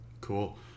Cool